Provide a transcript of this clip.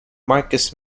marcus